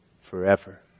forever